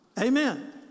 Amen